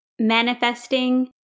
manifesting